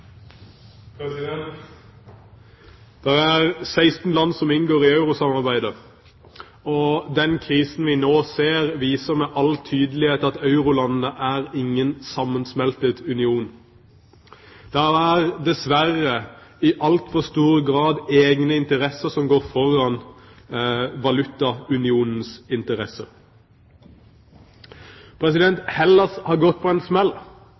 16 land som inngår i eurosamarbeidet, og den krisen vi nå ser, viser med all tydelighet at eurolandene er ingen sammensmeltet union. Det er dessverre i altfor stor grad egne interesser som går foran valutaunionens interesser. Hellas har gått på en smell.